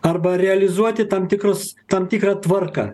arba realizuoti tam tikrus tam tikrą tvarką